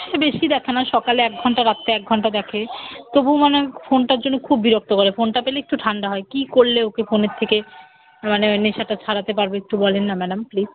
সে বেশি দেখে না সকালে এক ঘন্টা রাত্রে এক ঘন্টা দেখে তবু মানে ফোনটার জন্যে খুব বিরক্ত করে ফোনটা পেলে একটু ঠান্ডা হয় কী করলে ওকে ফোনের থেকে মানে নেশাটা ছাড়াতে পারবো একটু বলেন না ম্যাডাম প্লিস